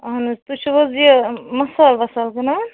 اہن حظ تُہۍ چھِو حظ یہ مصالہٕ وصالہٕ کٕنان